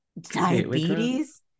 diabetes